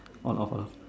on off lah